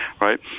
right